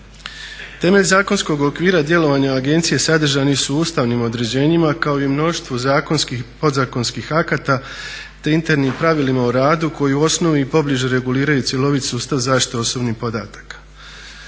Temelj zakonskog okvira o djelovanju agencije sadržani su ustavnim određenjima kao i mnoštvu zakonskih i podzakonskih akata te internim pravilima o radu koji u osnovi pobliže reguliraju cjelovit sustav zaštite osobnih podataka.